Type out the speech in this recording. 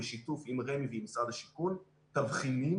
בשיתוף עם רמ"י ועם משרד השיכון תבחינים